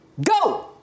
Go